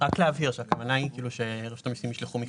רק להבהיר שהכוונה היא שרשות המיסים ישלחו מכתבים.